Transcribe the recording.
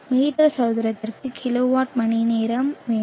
metre சதுரத்திற்கு kilowatt மணிநேரம் வேண்டும்